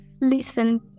listen